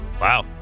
Wow